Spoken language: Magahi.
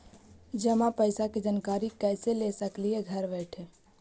जमा पैसे के जानकारी कैसे ले सकली हे घर बैठे?